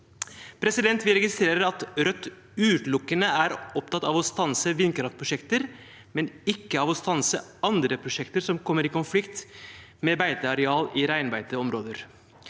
Øyfjellet. Vi registrerer at Rødt utelukkende er opptatt av å stanse vindkraftprosjekter, men ikke av å stanse andre prosjekter som kommer i konflikt med beiteareal i reinbeiteområder.